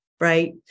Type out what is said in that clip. Right